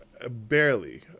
barely